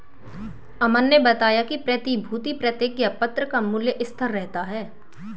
अमन ने बताया कि प्रतिभूति प्रतिज्ञापत्र का मूल्य स्थिर रहता है